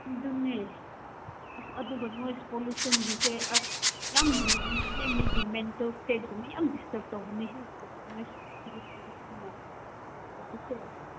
ꯑꯗꯨꯅꯦ ꯑꯁ ꯑꯗꯨꯒ ꯅꯣꯏꯁ ꯄꯣꯂꯨꯁꯟꯒꯤꯁꯦ ꯑꯁ ꯌꯥꯝ ꯂꯨꯕꯅꯤꯍꯦ ꯃꯤꯒꯤ ꯃꯦꯟꯇꯦꯜ ꯁ꯭ꯇꯦꯠ ꯀꯨꯝꯕ ꯌꯥꯝ ꯗꯤꯁꯇꯔꯕ ꯇꯧꯕꯅꯤꯍꯦ ꯅꯣꯏꯁ ꯄꯨꯂꯨꯁꯟꯅ